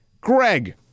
Greg